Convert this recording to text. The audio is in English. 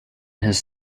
his